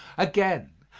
again,